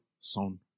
Sound